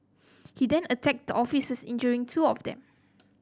he then attacked the officers injuring two of them